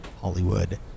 Hollywood